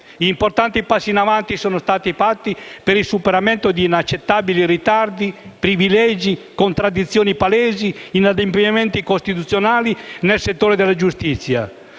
Importanti passi in avanti sono stati fatti per il superamento di inaccettabili ritardi, privilegi, contraddizioni palesi, inadempimenti costituzionali nel settore della giustizia.